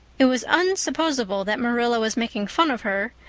it was unsupposable that marilla was making fun of her,